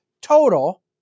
total